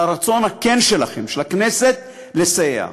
על הרצון הכן שלכם, של הכנסת, לסייע.